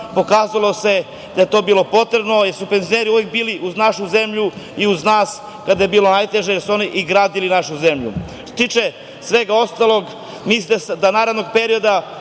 Pokazalo se da je to bilo potrebno jer su penzioneri uvek bili uz našu zemlju i uz nas kada je bilo najteže, oni su i gradili našu zemlju. Što se tiče svega ostalog, mislim da u narednom periodu